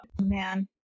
Man